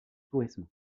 tourisme